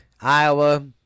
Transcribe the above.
Iowa